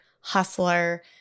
hustler